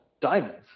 Diamonds